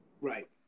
Right